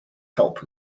help